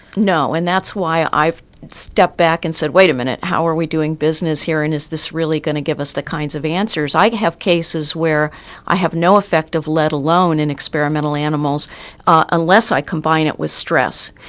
no, and that's why i stepped back and said wait a minute, how are we doing business here, and is this really going to give us the kinds of answers. i have cases where i have no effect of lead alone in experimental animals unless i combine it with stress.